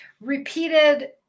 repeated